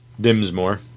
Dimsmore